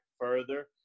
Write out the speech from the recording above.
further